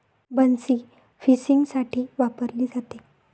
बन्सी फिशिंगसाठी वापरली जाते